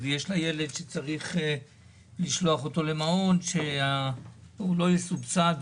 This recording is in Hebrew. המעון שאליו היא צריכה לשלוח את הילד שלה לא יסובסד.